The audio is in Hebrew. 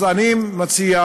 אז אני מציע,